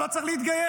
לא צריך להתגייס,